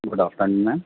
good after noon ma'am